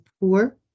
poor